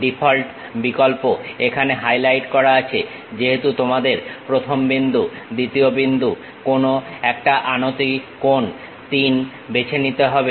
default বিকল্প এখানে highlight করা আছে যেহেতু তোমাদের প্রথম বিন্দু দ্বিতীয় বিন্দু কোনো একটা আনতি কোণ 3 বেছে নিতে হবে